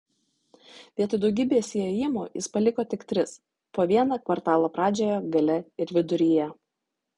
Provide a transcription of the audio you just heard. vietoj daugybės įėjimų jis paliko tik tris po vieną kvartalo pradžioje gale ir viduryje